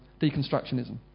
deconstructionism